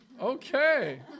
Okay